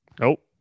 Nope